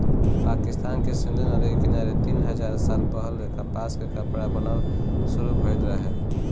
पाकिस्तान के सिंधु नदी के किनारे तीन हजार साल पहिले कपास से कपड़ा बनल शुरू भइल रहे